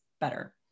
better